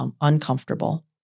uncomfortable